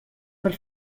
per